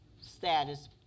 status